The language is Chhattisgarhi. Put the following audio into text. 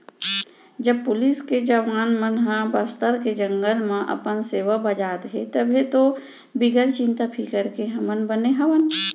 जब पुलिस के जवान मन ह बस्तर के जंगल म अपन सेवा बजात हें तभे तो बिगर चिंता फिकर के हमन बने हवन